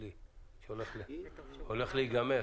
אין מתנגדים, אין נמנעים.